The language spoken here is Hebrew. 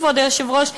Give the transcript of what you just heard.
כבוד היושב-ראש,